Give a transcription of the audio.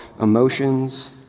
emotions